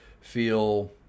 feel